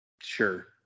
sure